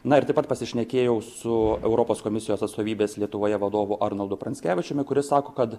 na ir taip pat pasišnekėjau su europos komisijos atstovybės lietuvoje vadovu arnoldu pranckevičiumi kuris sako kad